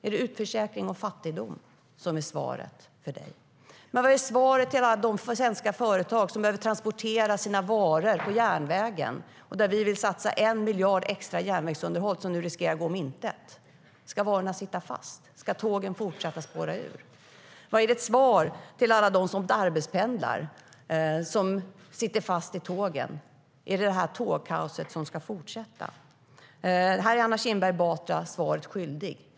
Är det utförsäkring och fattigdom som är svaret från dig, Anna Kinberg Batra? Vilket är svaret till alla de svenska företag som behöver transportera sina varor på järnvägen? Vi vill satsa 1 miljard extra på järnvägsunderhåll. Detta riskerar nu att gå om intet. Ska varorna sitta fast? Ska tågen fortsätta att spåra ur? Vilket är ditt svar till alla dem som arbetspendlar och sitter fast i det tågkaos som ska fortsätta? Anna Kinberg Batra är svaret skyldig.